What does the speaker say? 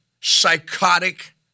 psychotic